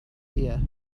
ear